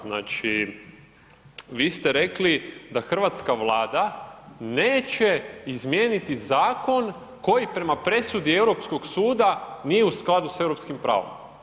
Znači vi ste rekli da hrvatska Vlada neće izmijeniti zakon koji prema presudi Europskog suda nije u skladu sa europskim pravom.